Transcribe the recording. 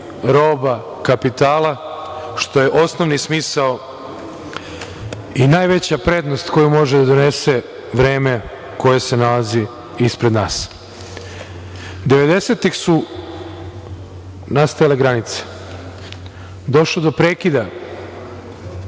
roba, kapitala, što je osnovni smisao i najveća prednost koju može da donese vreme koje se nalazi ispred nas. Devedesetih su nastajale granice, došlo do prekida,